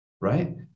right